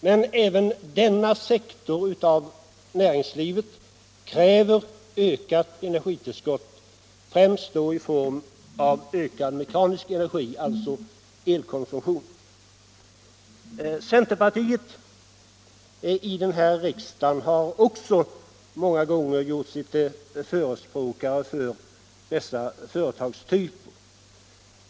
Men även denna sektor av näringslivet kräver ökat energitillskott, främst då i form av ökad mekanisk energi, vilket kräver elkonsumtion. Centerpartiet har här i riksdagen också många gånger gjort sig till förespråkare för dessa företagstyper.